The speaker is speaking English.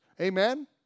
Amen